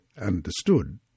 understood